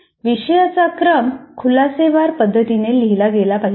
विषयांचा क्रम खुलासेवार पद्धतीने लिहिला गेला पाहिजे